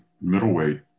middleweight